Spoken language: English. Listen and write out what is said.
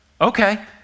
okay